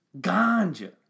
Ganja